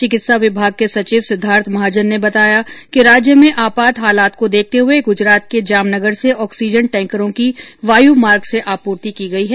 चिकित्सा विभाग के सचिव सिद्वार्थ महाजन ने बताया कि राज्य में आपात हालात को देखते हुए गुजरात के जामनगर से ऑक्सीजन टैंकरों की वायुमार्ग से आपूर्ति की गई है